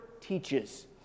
teaches